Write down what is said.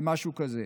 למשהו כזה.